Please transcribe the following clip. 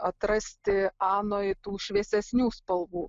atrasti anoj tų šviesesnių spalvų